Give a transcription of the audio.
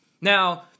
Now